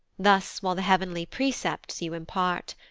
thus while the heav'nly precepts you impart,